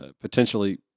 potentially